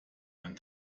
ein